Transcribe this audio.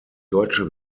deutsche